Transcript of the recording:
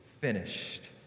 finished